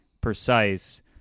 precise